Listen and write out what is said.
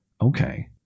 Okay